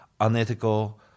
unethical